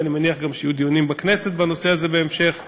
ואני מניח גם שיהיו דיונים בכנסת בנושא הזה בהמשך.